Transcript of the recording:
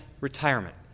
retirement